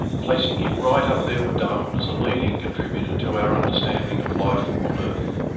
placing him right up there with darwin as a leading contributor to our understanding of life on earth.